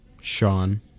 Sean